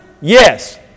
yes